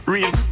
Real